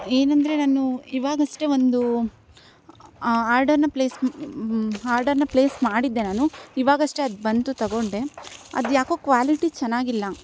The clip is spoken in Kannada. ಏನಂದರೆ ನಾನು ಇವಾಗಷ್ಟೇ ಒಂದು ಆರ್ಡರನ್ನ ಪ್ಲೇಸ್ ಆರ್ಡರನ್ನ ಪ್ಲೇಸ್ ಮಾಡಿದ್ದೆ ನಾನು ಇವಾಗಷ್ಟೇ ಅದು ಬಂತು ತಗೊಂಡೆ ಅದು ಯಾಕೋ ಕ್ವಾಲಿಟಿ ಚೆನ್ನಾಗಿಲ್ಲ